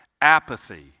apathy